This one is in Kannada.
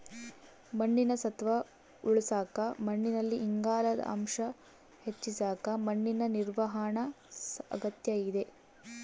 ಮಣ್ಣಿನ ಸತ್ವ ಉಳಸಾಕ ಮಣ್ಣಿನಲ್ಲಿ ಇಂಗಾಲದ ಅಂಶ ಹೆಚ್ಚಿಸಕ ಮಣ್ಣಿನ ನಿರ್ವಹಣಾ ಅಗತ್ಯ ಇದ